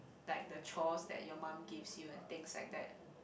like the chores that your mum gives you and things like that